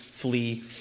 flee